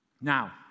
Now